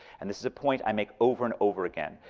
and this is a point i make over and over again,